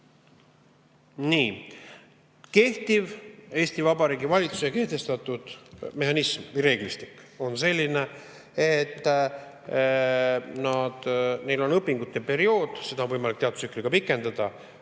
Nii. Kehtiv Eesti Vabariigi valitsuse kehtestatud mehhanism või reeglistik on selline, et neil on õpingute periood, seda on võimalik teatud tsükliga pikendada,